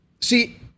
See